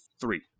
three